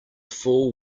fool